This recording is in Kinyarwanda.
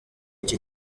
iki